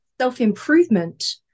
self-improvement